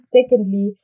Secondly